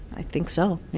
i think so, yeah